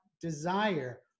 desire